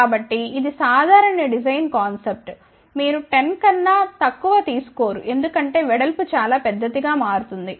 కాబట్టి ఇది సాధారణ డిజైన్ కాన్స్ప్ట్ మీరు 10 కన్నా తక్కువ తీసు కోరు ఎందుకంటే వెడల్పు చాలా పెద్దదిగా మారుతుంది